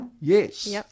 Yes